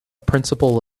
principle